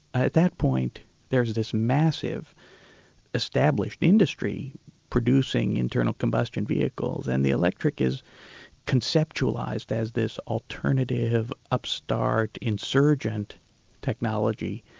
at that point there's this massive established industry producing internal combustion vehicles and the electric is conceptualised as this alternative, upstart, insurgent technology.